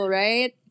right